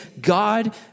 God